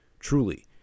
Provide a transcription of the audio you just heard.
Truly